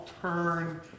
turn